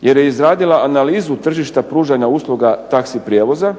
jer je izradila Analizu tržišta pružanja sluga taxi prijevoza